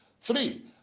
Three